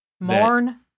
Mourn